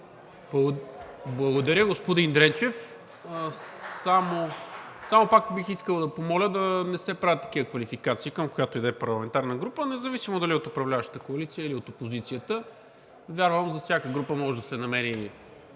Благодаря, господин Дренчев. Само пак бих искал да помоля да не се правят такива квалификации към която и да е парламентарна група, независимо дали е от управляващата коалиция, или от опозицията. Вярвам, че за всяка група може да се намери